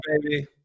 baby